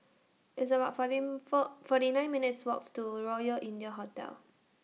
It's about forty four forty nine minutes' Walk to Royal India Hotel